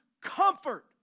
comfort